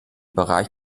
bereich